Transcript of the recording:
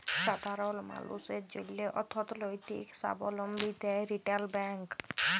সাধারল মালুসের জ্যনহে অথ্থলৈতিক সাবলম্বী দেয় রিটেল ব্যাংক